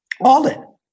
Alden